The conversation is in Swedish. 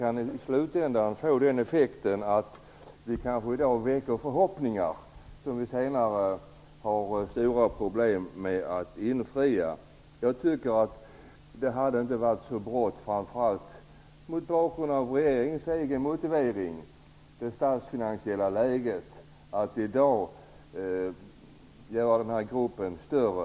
I slutändan kan det få effekten att vi kanske i dag väcker förhoppningar som vi senare får stora problem att infria. Framför allt mot bakgrund av regeringens egen motivering, det statsfinansiella läget, tycker jag inte att man skulle ha haft så bråttom med att i dag göra gruppen större.